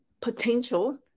potential